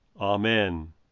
Amen